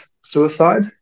suicide